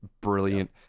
brilliant